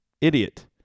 idiot